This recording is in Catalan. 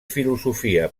filosofia